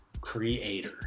creator